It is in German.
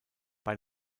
bei